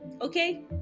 okay